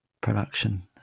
production